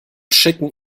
schicken